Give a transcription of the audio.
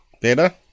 better